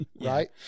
Right